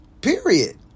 Period